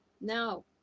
Now